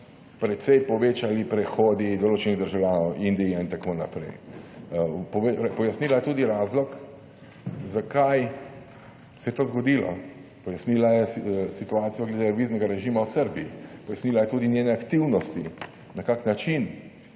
precej povečali prehodi določenih državljanov, Indije in tako naprej. Pojasnila je tudi razlog, zakaj se je to zgodilo. Pojasnila je situacijo glede viznega režima v Srbiji. Pojasnila je tudi njene aktivnosti, na kak način